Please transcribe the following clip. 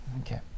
Okay